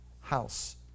house